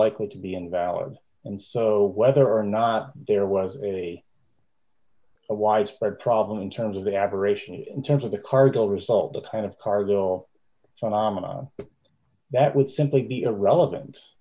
likely to be invalid and so whether or not there was a widespread problem in terms of the aberration in terms of the cargo result the kind of cargo phenomena that would simply be irrelevant